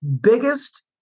biggest